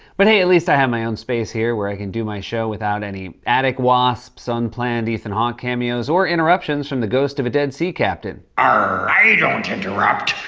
but, hey, at least i have my own space here, where i can do my show without any attic wasps, unplanned ethan hawke cameos, or interruptions from the ghost of a dead sea captain. arr! i don't interrupt!